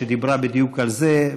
שדיברה בדיוק על זה,